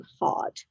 hard